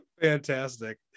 Fantastic